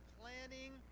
planning